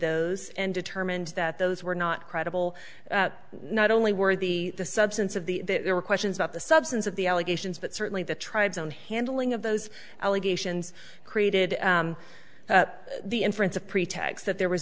those and determined that those were not credible not only were the the substance of the there were questions about the substance of the allegations but certainly the tribes on handling of those allegations created the inference of pretext that there was